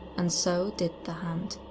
and so did the hand.